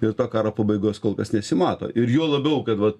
dėl to karo pabaigos kol kas nesimato ir juo labiau kad vat